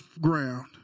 ground